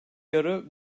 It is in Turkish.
yarı